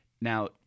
Now